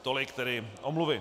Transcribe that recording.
Tolik tedy omluvy.